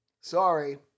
Sorry